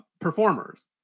performers